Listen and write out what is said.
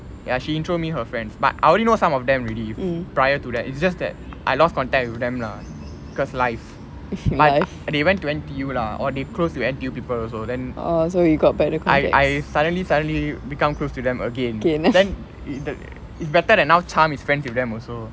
ya she intro me her friends but I only know some of them already prior to that it's just that I lost contact with them lah cause life but they went to N_T_U lah or they close to N_T_U people also then I suddenly suddenly become close to them again then it it's better that now chan is friends with them also